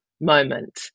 moment